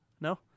No